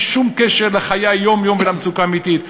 שום קשר לחיי היום-יום ולמצוקה האמיתית.